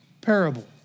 parable